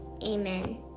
Amen